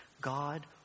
god